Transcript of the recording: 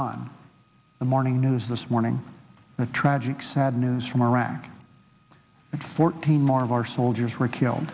on the morning news this morning the tragic sad news from iraq and fourteen more of our soldiers were killed